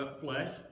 flesh